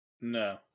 No